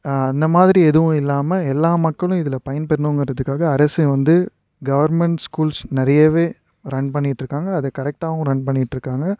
அந்த மாதிரி எதுவும் இல்லாமல் எல்லா மக்களும் இதில் பயன்பெறணுங்கிறதுக்காக அரசு வந்து கவர்மெண்ட்ஸ் ஸ்கூல்ஸ் நிறையவே ரன் பண்ணிட்டுருக்காங்க அதை கரெக்டாகவும் ரன் பண்ணிட்டுருக்காங்க